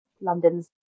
London's